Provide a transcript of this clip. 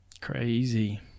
Crazy